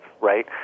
right